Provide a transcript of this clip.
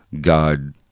God